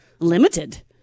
Limited